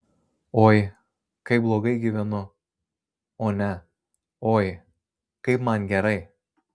oi kaip blogai gyvenu o ne oi kaip man gerai